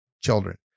children